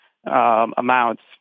Amounts